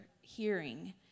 hearing